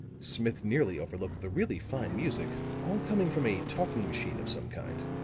smith nearly overlooked the really fine music, all coming from a talking machine of some kind.